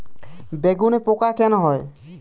বেগুনে পোকা কেন হয়?